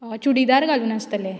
चुडिदार घालून आसतलें